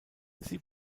sie